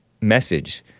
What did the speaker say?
message